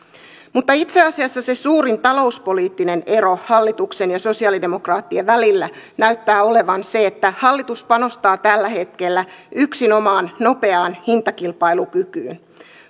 mutta itse asiassa se suurin talouspoliittinen ero hallituksen ja sosialidemokraattien välillä näyttää olevan se että hallitus panostaa tällä hetkellä yksinomaan nopeaan hintakilpailukykyyn